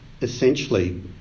essentially